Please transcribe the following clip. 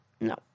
No